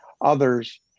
Others